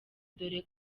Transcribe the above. dore